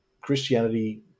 Christianity